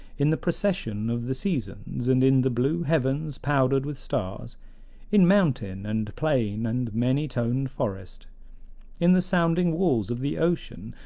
in the procession of the seasons, and in the blue heavens powdered with stars in mountain and plain and many-toned forest in the sounding walls of the ocean,